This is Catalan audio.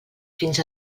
fins